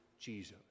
Jesus